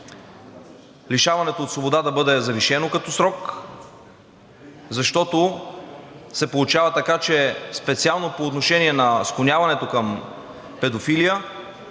Лишаването от свобода да бъде завишено като срок, защото се получава така, че специално по отношение на склоняването към педофилия